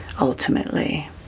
ultimately